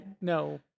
No